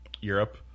Europe